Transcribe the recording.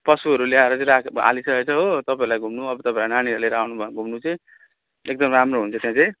पशुहरू ल्याएर चाहिँ राखी हालीसकेको छ हो तपाईँहरूलाई घुम्नु अब तपाईँ नानीहरू लिएर आउनु भयो घुम्नु चाहिँ एकदम राम्रो हुन्छ त्यहाँ चाहिँ